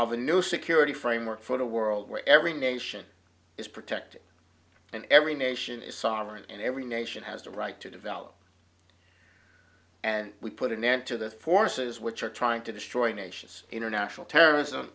a new security framework for the world where every nation is protected and every nation is sovereign and every nation has the right to develop and we put an end to the forces which are trying to destroy nations international terrorism